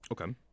Okay